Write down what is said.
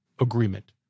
agreement